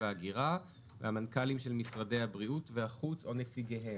וההגירה והמנכ"לים של משרדי הבריאות והחוץ או נציגיהם.